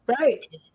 Right